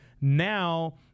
now